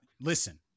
listen